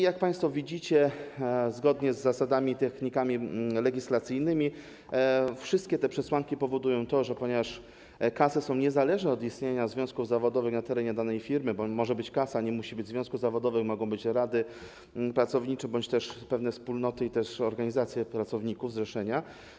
Jak państwo widzicie, zgodnie z zasadami i technikami legislacyjnymi wszystkie te przesłanki powodują to, że ponieważ kasy są niezależne od istnienia związków zawodowych na terenie danej firmy, to może być kasa, nie musi być związków zawodowych, mogą być rady pracownicze bądź też pewne wspólnoty i organizacje pracowników, zrzeszenia.